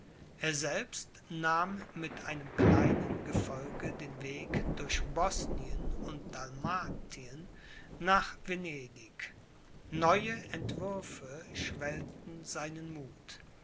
er selbst nahm mit einem kleinen gefolge den weg durch bosnien und dalmatien nach venedig neue entwürfe schwellten seinen muth